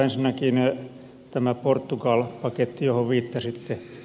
ensinnäkin tämä portugali paketti johon viittasitte